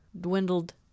dwindled